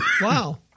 wow